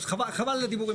חבל על הדיבורים